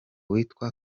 witwa